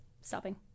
stopping